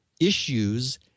issues